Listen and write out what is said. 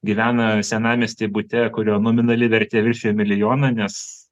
gyvena senamiesty bute kurio nominali vertė viršijo milijoną nes